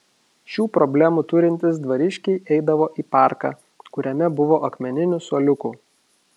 šių problemų turintys dvariškiai eidavo į parką kuriame buvo akmeninių suoliukų